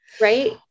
Right